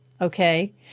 Okay